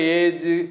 age